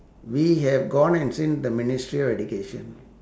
we have gone and seen the ministry of education